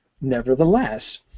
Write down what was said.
nevertheless